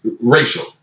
racial